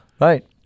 Right